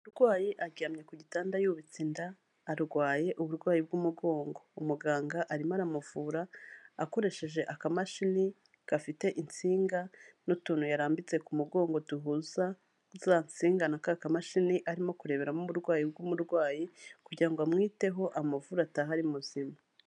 Umurwayi aryamye ku gitanda yubitse inda, arwaye uburwayi bw'umugongo. Umuganga arimo aramuvura akoresheje akamashini gafite insinga n'utuntu yarambitse ku mugongo duhuza zansinga na ka kamashini arimo kureberamo uburwayi bw'umurwayi, kugira ngo amwiteho amavure atahe ari muzima.